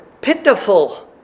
pitiful